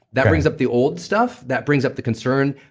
that brings up the old stuff. that brings up the concern.